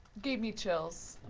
gave me chills.